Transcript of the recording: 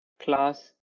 class